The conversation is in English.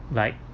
like